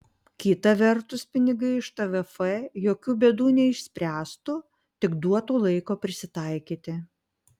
kita vertus pinigai iš tvf jokių bėdų neišspręstų tik duotų laiko prisitaikyti